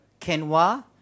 quinoa